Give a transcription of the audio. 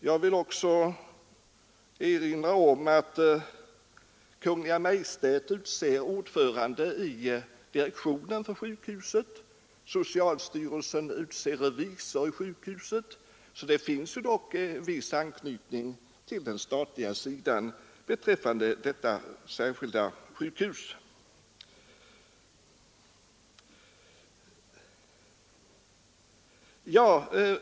Jag vill vidare erinra om att Kungl. Maj:t utser ordförande i direktionen för sjukhuset och socialstyrelsen utser revisor, så det finns dock viss anknytning till den statliga sidan beträffande detta särskilda sjukhus.